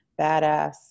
badass